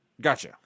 Gotcha